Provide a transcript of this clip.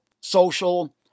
social